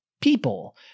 people